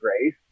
grace